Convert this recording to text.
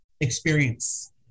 experience